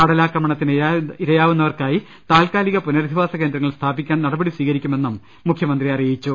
കടലാക്രമണത്തിന് ഇരയാവുന്നവർക്കായി താത്കാ ലിക പുനരധിവാസകേന്ദ്രങ്ങൾ സ്ഥാപിക്കാൻ നടപടി സ്വീകരിക്കു മെന്നും മുഖ്യമന്ത്രി പറഞ്ഞു